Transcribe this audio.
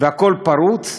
והכול פרוץ,